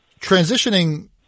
Transitioning